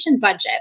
budget